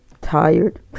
tired